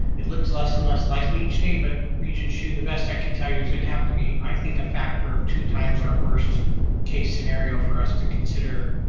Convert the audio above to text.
it looks less and less likely each day but regent hsu the best i could tell you is it would have to be, i think, a factor of two times our worst case scenario for us to consider